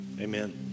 Amen